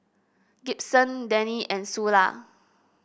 Gibson Dannie and Sula